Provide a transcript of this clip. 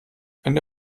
eine